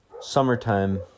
summertime